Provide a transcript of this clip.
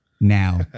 now